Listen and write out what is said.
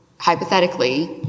Hypothetically